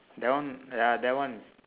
that one ya that one